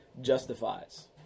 justifies